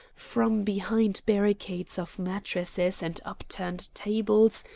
from behind barricades of mattresses and upturned tables,